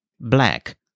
black